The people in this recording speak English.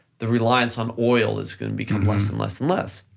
the reliance on oil is gonna become less and less and less.